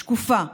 שקופה: